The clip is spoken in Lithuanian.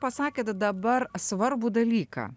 pasakėt dabar svarbų dalyką